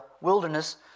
wilderness